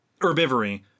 herbivory